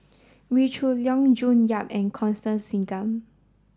Wee Shoo Leong June Yap and Constance Singam